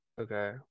Okay